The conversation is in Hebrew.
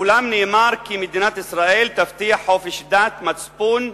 אולם נאמר כי מדינת ישראל תבטיח חופש דת, מצפון,